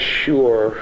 sure